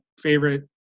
favorite